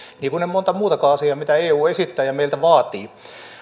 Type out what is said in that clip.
niin kuin en montaa muutakaan asiaa mitä eu esittää ja meiltä vaatii